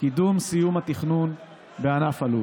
סיום התכנון בענף הלול.